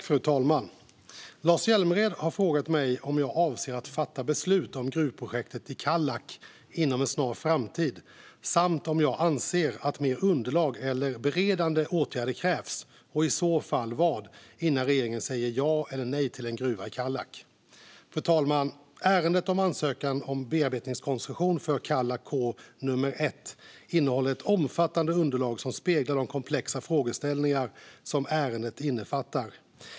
Fru talman! Lars Hjälmered har frågat mig om jag avser att fatta beslut om gruvprojektet i Kallak inom en snar framtid samt om jag anser att mer underlag eller beredande åtgärder krävs, och i så fall vad, innan regeringen säger ja eller nej till en gruva i Kallak. Fru talman! Ärendet om ansökan om bearbetningskoncession för Kallak K nr 1 innehåller ett omfattande underlag som speglar de komplexa frågeställningar som ärendet innefattar.